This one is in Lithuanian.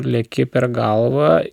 leki per galvą